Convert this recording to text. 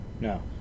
No